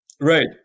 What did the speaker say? Right